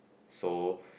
so